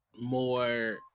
more